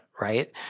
right